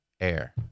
Air